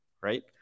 right